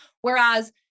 Whereas